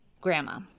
grandma